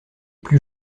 plus